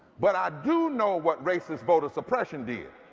but i do know what racist voter suppression did.